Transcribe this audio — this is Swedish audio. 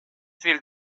vill